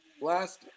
Last